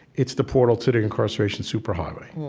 it's the portal to the incarceration super highway.